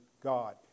God